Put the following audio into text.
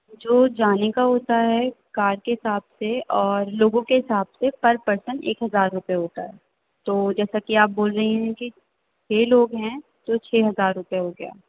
جو جانے کا ہوتا ہے کار کے حساب سے اور لوگوں کے حساب سے پر پرسن ایک ہزار روپئے ہوتا ہے تو جیسا کہ آپ بول رہی ہیں کہ چھ لوگ ہیں تو چھ ہزار روپئے ہو گیا